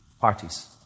parties